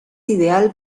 ideal